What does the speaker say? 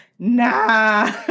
Nah